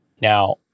Now